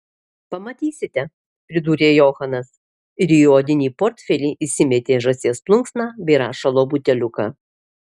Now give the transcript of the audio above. pamatysite pridūrė johanas ir į odinį portfelį įsimetė žąsies plunksną bei rašalo buteliuką